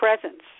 presence